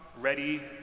ready